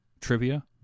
trivia